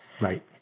Right